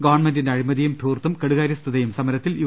ഗവൺമെന്റിന്റെ അഴിമതിയും ധൂർത്തും കെടുകാര്യസ്ഥതയും സമരത്തിൽ യു